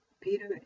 Peter